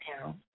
now